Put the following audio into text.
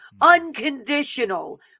unconditional